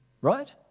right